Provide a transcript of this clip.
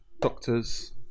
doctors